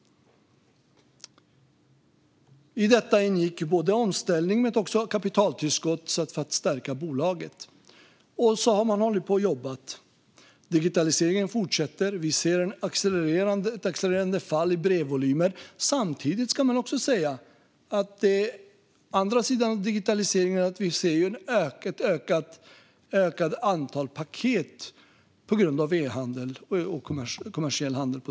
I detta ingick både omställnings och kapitaltillskott för att stärka bolaget. Så har man hållit på och jobbat. Digitaliseringen fortsätter, och vi ser ett accelererande fall i brevvolymer. Samtidigt är den andra sidan av digitaliseringen ett ökat antal paket på grund av e-handel och kommersiell handel.